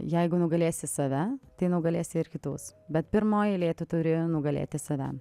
jeigu nugalėsi save tai nugalėsi ir kitus bet pirmoj eilėj tu turi nugalėti save